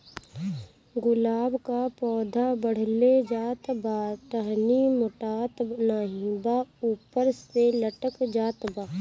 गुलाब क पौधा बढ़ले जात बा टहनी मोटात नाहीं बा ऊपर से लटक जात बा?